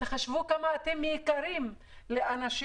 תחשבו כמה אתם יקרים להורים,